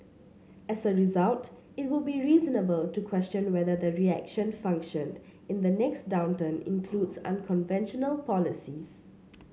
as a result it would be reasonable to question whether the reaction function in the next downturn includes unconventional policies